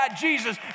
Jesus